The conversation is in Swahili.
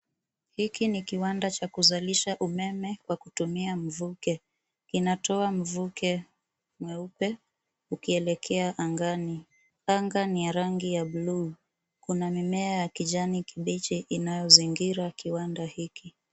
Hiki ni kiwanda cha kuzalisha umeme kwa kutumia mvuke. Inatoa mvuke mweupe ukielekea angani. Anga ni ya rangi ya bluu. Kuna mimea ya kijani kibichi inayozingira kiwanda hicho.